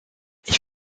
ich